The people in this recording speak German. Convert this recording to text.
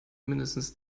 mindestens